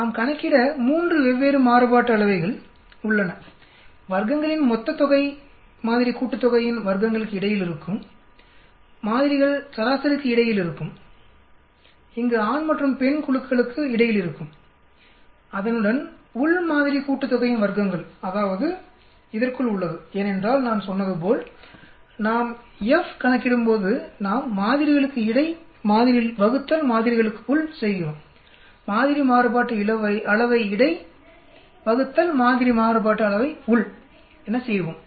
நாம் கணக்கிட 3 வெவ்வேறு மாறுபாட்டு அளவைகள் உள்ளன வர்க்கங்களின் மொத்த தொகை மாதிரி கூட்டுத்தொகையின் வர்க்கங்களுக்கு இடையில் இருக்கும் மாதிரிகள் சராசரிக்கு இடையில் இருக்கும் இங்கு ஆண் மற்றும் பெண் குழுக்களுக்கு இடையிலிருக்கும் அதனுடன் உள் மாதிரி கூட்டுதொகையின் வர்க்கங்கள் அதாவது இதற்குள் உள்ளது ஏனென்றால் நான் சொன்னது போல் நாம் F கணக்கிடும்போதுநாம் மாதிரிகளுக்கு இடை மாதிரிகளுக்குள் செய்கிறோம் மாதிரி மாறுபாட்டு அளவை இடை மாதிரி மாறுபாட்டு அளவைக்குள் செய்வோம்